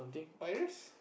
virus